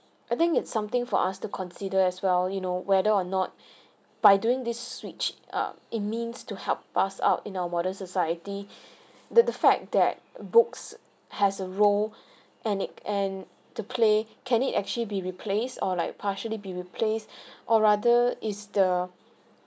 I think it's something for us to consider as well you know whether or not by doing this switch err it means to help us out in our modern society the the fact that books has a role and it and to play can it actually be replaced or like partially be replaced or rather is the